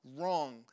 wrong